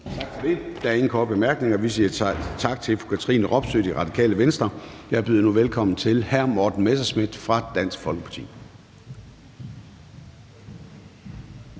Gade): Der er ingen korte bemærkninger, og vi siger tak til fru Katrine Robsøe fra Radikale Venstre. Jeg byder nu velkommen til hr. Morten Messerschmidt fra Dansk Folkeparti.